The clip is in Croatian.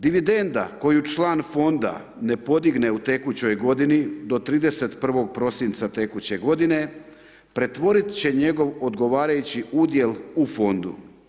Dividenda koju član fonda ne podigne u tekućoj godini do 31. prosinca tekuće godine pretvoriti će njegov odgovarajući udjel u fondu.